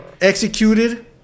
executed